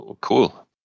Cool